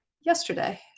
yesterday